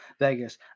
Vegas